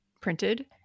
printed